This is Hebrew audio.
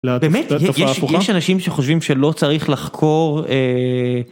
באמת, יש אנשים שחושבים שלא צריך לחקור.